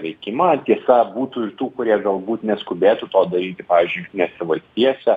veikimą tiesa būtų ir tų kurie galbūt neskubėtų to daryti pavyzdžiui jungtinėse valstijose